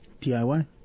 DIY